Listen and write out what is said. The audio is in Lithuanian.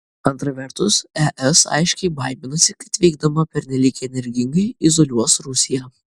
antra vertus es aiškiai baiminasi kad veikdama pernelyg energingai izoliuos rusiją